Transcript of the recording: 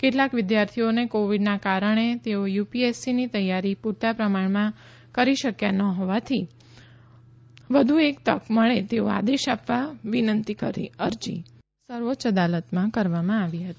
કેટલાક વિદ્યાર્થીઓએ કોવિડના કારણે તેઓ યુપીએસસીની તૈયારી પુરતા પ્રમાણમાં કરી શકયા ન હોવાથી વધુ એક તક મળે તેવો આદેશ આપવા વિનંતી કરતી અરજી સર્વોચ્ય અદાલતમાં કરી હતી